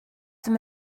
them